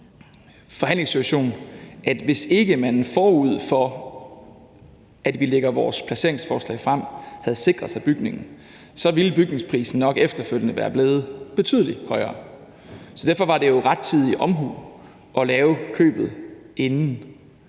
forhandlingssituation, at hvis ikke man, forud for at vi lagde vores placeringsforslag frem, havde sikret sig bygningen, så ville bygningsprisen nok efterfølgende være blevet betydelig højere. Derfor var det jo rettidig omhu at lave købet inden.